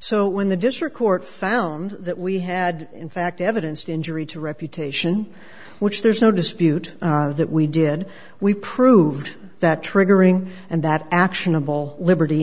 so when the district court found that we had in fact evidence to injury to reputation which there's no dispute that we did we proved that triggering and that actionable liberty